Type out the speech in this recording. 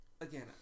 again